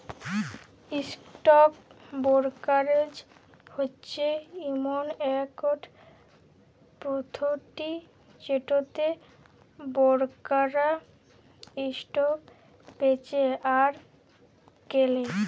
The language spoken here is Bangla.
ইসটক বোরকারেজ হচ্যে ইমন একট পধতি যেটতে বোরকাররা ইসটক বেঁচে আর কেলে